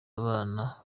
abana